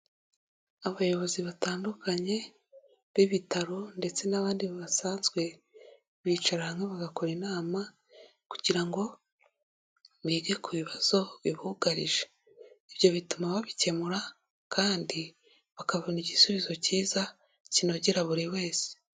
Abayobozi batandukanye b'ibitaro ndetse n'abandi basanzwe, bicarana hamwe bagakora inama kugira ngo bige ku bibazo bibugarije, ibyo bituma babikemura kandi bakabona igisubizo cyiza kinogera buri wese.